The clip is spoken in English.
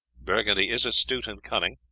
burgundy is astute and cunning,